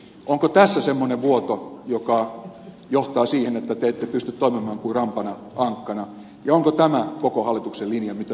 onko tässä semmoinen vuoto joka johtaa siihen että te ette kuin rampana ankkana pysty toimimaan ja onko tämä koko hallituksen linja mitä ministeri väyrynen on esittänyt